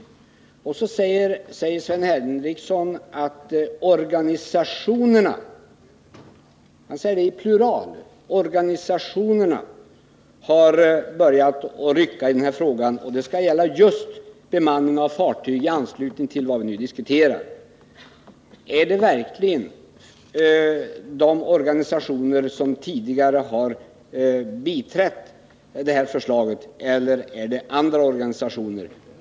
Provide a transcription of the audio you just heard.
Han framhöll att organisationerna — pluralis alltså — har börjat att rycka i denna fråga. Det skulle gälla just bemanningen av fartyg i anslutning till vad vi nu diskuterar. Är det verkligen de organisationer som tidigare har biträtt detta förslag eller är det andra organisationer?